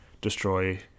destroy